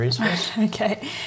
okay